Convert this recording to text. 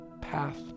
path